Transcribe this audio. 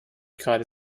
gerade